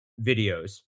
videos